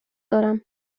دارم